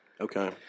Okay